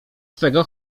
twego